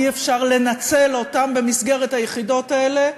אי-אפשר לנצל אותם במסגרת היחידות האלה,